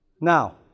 Now